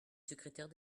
secrétaire